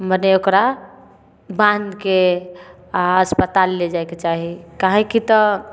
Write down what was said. मने ओकरा बाँधके आ अस्पताल ले जाइके चाही काहे की तऽ